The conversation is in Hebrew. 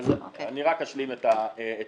אני רק אשלים את המשפט,